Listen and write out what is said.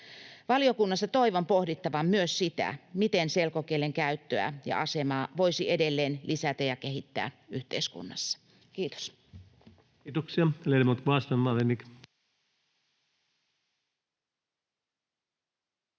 Valiokunnassa toivon pohdittavan myös sitä, miten selkokielen käyttöä ja asemaa voisi edelleen lisätä ja kehittää yhteiskunnassa. — Kiitos.